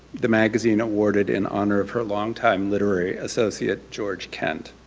the magazine awarded in honor of her longtime literary associate george kent.